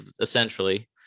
essentially